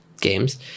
games